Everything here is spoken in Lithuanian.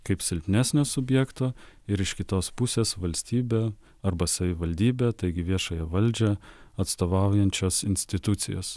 kaip silpnesnio subjekto ir iš kitos pusės valstybę arba savivaldybę taigi viešąją valdžią atstovaujančios institucijos